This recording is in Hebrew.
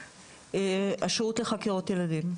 השירות לחקירות ילדים,